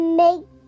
make